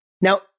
Now